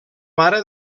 mare